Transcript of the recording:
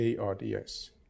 ARDS